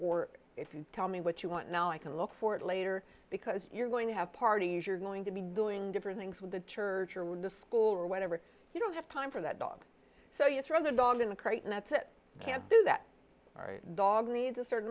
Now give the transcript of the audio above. or if you tell me what you want now i can look for it later because you're going to have parties you're going to be doing different things with the church or when the school or whatever you don't have time for that dog so it's rather dog in the crate and that's it can't do that dog needs a certain